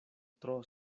tro